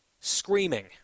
screaming